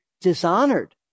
dishonored